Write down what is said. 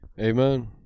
amen